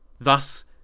Thus